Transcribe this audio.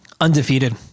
Undefeated